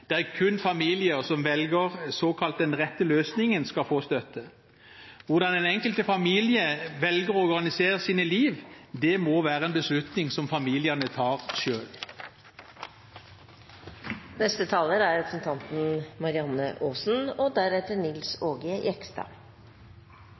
der kun familier som velger den såkalt rette løsningen, skal få støtte. Hvordan den enkelte familie velger å organisere sine liv, må være en beslutning som familiene tar selv. Utdanning for alle har alltid vært en av Arbeiderpartiets viktigste kampsaker. Vi vet at utdanning er